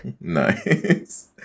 Nice